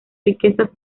riquezas